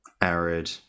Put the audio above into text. arid